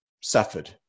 suffered